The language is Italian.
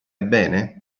bene